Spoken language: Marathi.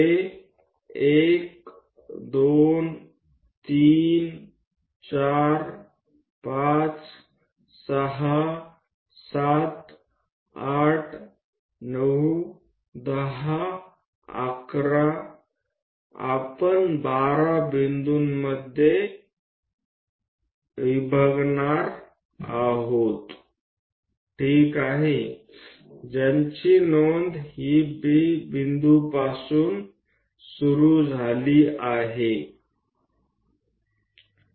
ठीक आहे आपण ते 1 2 3 4 5 6 7 8 9 10 11 12 बिंदूंमध्ये बनवणार आहोत ज्याची नोंद ही P बिंदुपासून सुरू झाली आहे